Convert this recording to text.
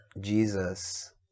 Jesus